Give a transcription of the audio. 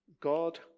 God